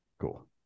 Cool